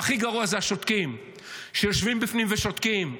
הכי גרוע זה השותקים שיושבים בפנים, השותקים.